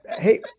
Hey